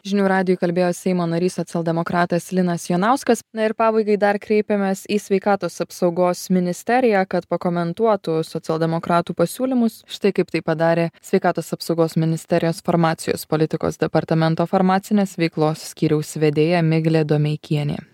žinių radijui kalbėjo seimo narys socialdemokratas linas jonauskas na na ir pabaigai dar kreipėmės į sveikatos apsaugos ministeriją kad pakomentuotų socialdemokratų pasiūlymus štai kaip tai padarė sveikatos apsaugos ministerijos farmacijos politikos departamento farmacinės veiklos skyriaus vedėja miglė domeikienė